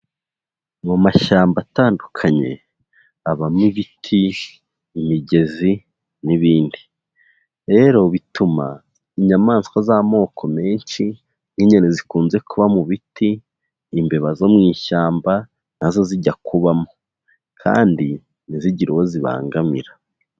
Mu mashyamba atandukanye habamo ibiti, imigezi n'ibindi, rero bituma inyamaswa z'amoko menshi nk'inyoni zikunze kuba mu biti, imbeba zo mu ishyamba nazo zijya kubamo kandi ntizigire uwo zibangamira.